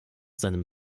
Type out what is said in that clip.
seinem